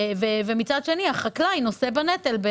מצד שני, החקלאי נושא בנטל.